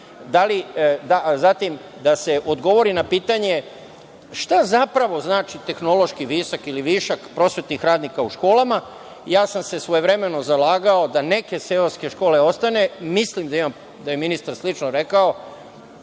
da se odgovori na pitanje šta zapravo znači tehnološki višak prosvetnih radnika u školama. Ja sam se svojevremeno zalagao da neke seoske škole ostanu i mislim da je ministar slično rekao.